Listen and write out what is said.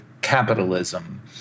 capitalism